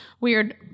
weird